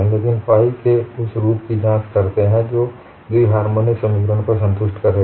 लेकिन फाइ के उस रूप की जाँच की करते हैं जो द्विहार्मोनिक समीकरण को संतुष्ट करेगा